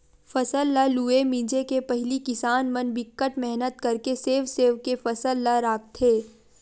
फसल ल लूए मिजे के पहिली किसान मन बिकट मेहनत करके सेव सेव के फसल ल राखथे